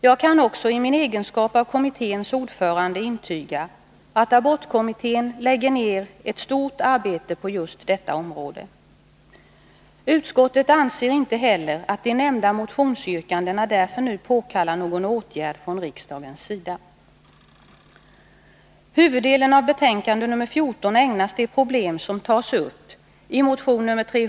Jag kan också i min egenskap av kommitténs 3 december 1981 ordförande intyga att abortkommittén lägger ned ett stort arbete just på detta område.